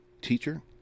teacher